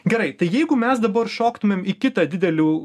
gerai tai jeigu mes dabar šoktumėm į kitą didelių